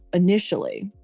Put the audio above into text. initially.